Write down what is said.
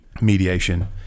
mediation